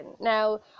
Now